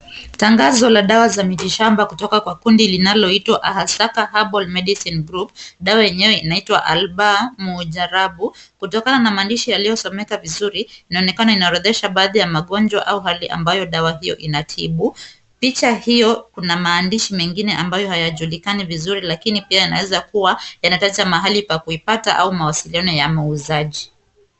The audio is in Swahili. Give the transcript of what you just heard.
Tangazo la dawa za miti shamba kutoka kundi linaloitwa Ahasaka Herbal Medicine Group . Dawa yenyewe inaitwa Albaa Mujarrabu. Kutokana maandishi yaliyosomeka vizuri, inaonekana inaorodhesha baadhi ya magonjwa au hali ambayo dawa hiyo inatibu. Picha hiyo kuna maandishi mengine ambayo hayajulikani vizuri lakini pia yanaweza kuwa, yanataja mahali pa kuipata ama mawasiliano ya mauzaji.